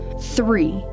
Three